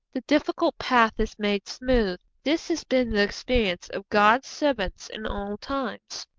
the difficult path is made smooth. this has been the experience of god's servants in all times.